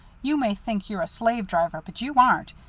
you may think you're a slave driver, but you aren't.